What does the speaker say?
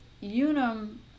Unum